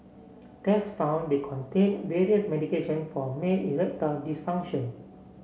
tests found they contained various medication for male erectile dysfunction